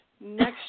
Next